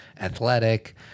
athletic